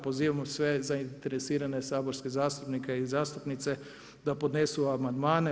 Pozivam sve zainteresirane saborske zastupnike i zastupnice da podnesu amandmane.